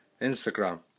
instagram